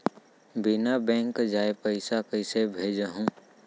बिना बैंक जाये पइसा कइसे भेजहूँ?